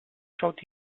schaut